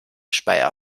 speyer